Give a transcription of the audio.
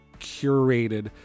curated